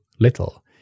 little